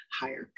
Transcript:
higher